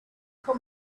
from